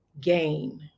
gain